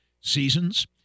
seasons